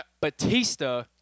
Batista